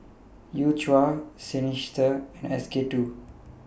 U Cha Seinheiser and SK two